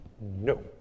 No